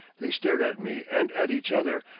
they stared at me and at each other,